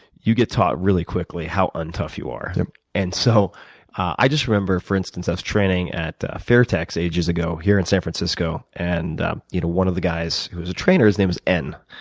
you get taught really quickly how un-tough you are. and so i just remember, for instance, i was training at fairtex ages ago here in san francisco, and you know one of the guys who is a trainer, his name is enn,